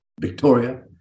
Victoria